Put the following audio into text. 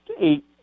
Eight